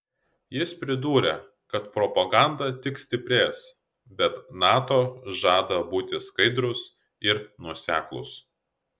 jis pridūrė kad propaganda tik stiprės bet nato žada būti skaidrus ir nuoseklus